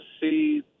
see